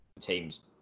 team's